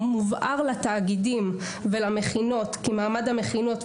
מובהר לתאגידים ולמכינות כי מעמד המכינות,